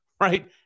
Right